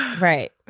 Right